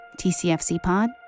tcfcpod